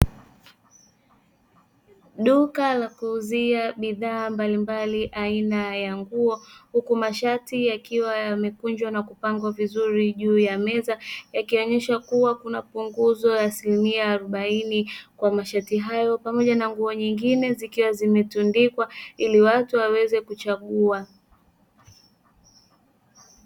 Duka la kuuzia bidhaa mbalimbali aina ya nguo huku mashati yakiwa yamekunjwa na kupangwa vizuri juu ya meza yakionyesha kuwa kuna punguzo ya asilimia arobaini kwa mashati hayo pamoja na nguo nyingine zikiwa zimetundikwa ili watu waweze kuchagua.